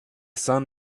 sun